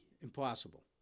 Impossible